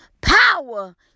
power